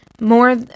more